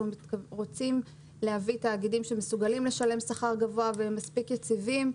אנחנו רוצים להביא תאגידים שמסוגלים לשלם שכר גבוה והם מספיק יציבים,